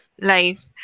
life